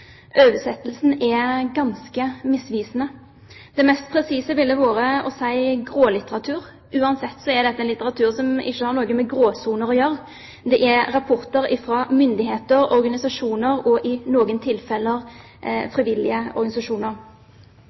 Oversettelsen er ganske misvisende. Det mest presise ville vært å si «grålitteratur». Uansett er dette en litteratur som ikke har noe med gråsoner å gjøre. Det er rapporter fra myndigheter og organisasjoner, og i noen tilfeller frivillige organisasjoner.